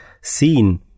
seen